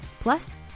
Plus